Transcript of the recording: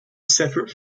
separate